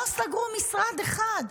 לא סגרו משרד אחד.